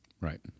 right